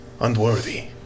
unworthy